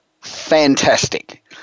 fantastic